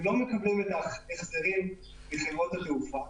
הם לא מקבלים את ההחזרים מחברות התעופה,